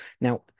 Now